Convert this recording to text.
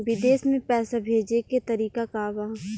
विदेश में पैसा भेजे के तरीका का बा?